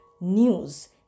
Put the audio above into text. news